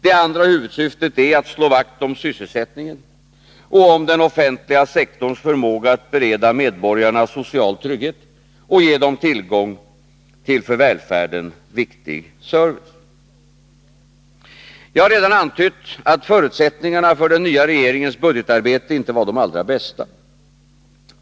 Det andra huvudsyftet är att slå vakt om sysselsättningen och om den offentliga sektorns förmåga att bereda medborgarna social trygghet och ge dem tillgång till för välfärden viktig service. Jag har redan antytt att förutsättningarna för den nya regeringens budgetarbete inte var de allra bästa.